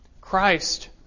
Christ